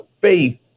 faith